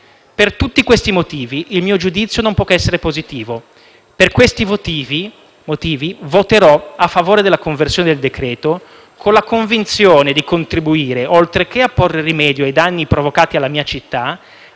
Per tutti questi motivi il mio giudizio non può che essere positivo. Per questi motivi voterò a favore della conversione del decreto-legge, con la convinzione di contribuire, oltre che a porre rimedio ai danni provocati alla mia città,